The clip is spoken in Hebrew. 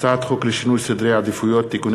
הצעת חוק לשינוי סדרי עדיפויות לאומיים (תיקוני